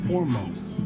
Foremost